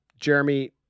Jeremy